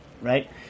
right